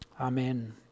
Amen